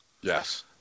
Yes